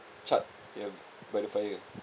charred ya by the fire